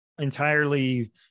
entirely